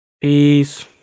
Peace